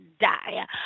die